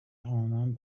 آنان